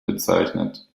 bezeichnet